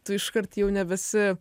tu iškart jau nebesi